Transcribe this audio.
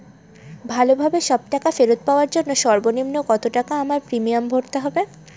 ভালোভাবে সব টাকা ফেরত পাওয়ার জন্য সর্বনিম্ন কতটাকা আমায় প্রিমিয়াম ভরতে হবে?